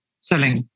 selling